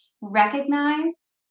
recognize